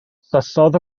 syllodd